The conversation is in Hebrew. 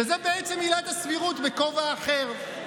שזאת עילת הסבירות בכובע אחר.